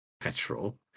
petrol